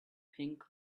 pink